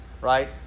right